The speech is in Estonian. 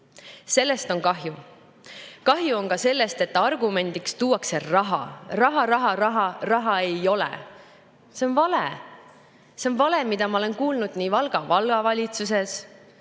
Sellest on kahju. Kahju on ka sellest, et argumendiks tuuakse raha. Raha, raha, raha! Raha ei ole! See on vale! See on vale, mida ma olen kuulnud nii Valga Vallavalitsuses